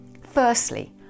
Firstly